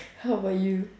how about you